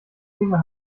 finger